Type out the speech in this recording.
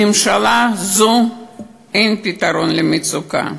לממשלה זו אין פתרון למצוקה.